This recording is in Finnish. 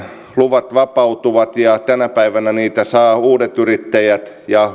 luvat vapautuvat ja tänä päivänä niitä saavat uudet yrittäjät ja